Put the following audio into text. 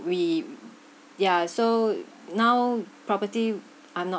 we ya so now property I'm not